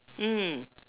mm